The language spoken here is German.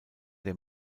der